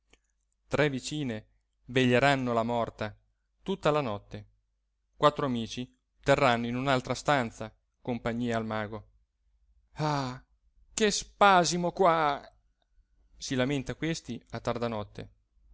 tre vicine veglieranno la morta tutta la notte quattro amici terranno in un'altra stanza compagnia al mago ah che spasimo qua si lamenta questi a tarda notte